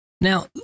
Now